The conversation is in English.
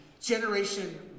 Generation